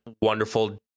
wonderful